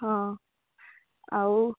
ହଁ ଆଉ